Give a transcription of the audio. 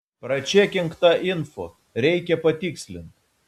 pračekink tą info reikia patikslint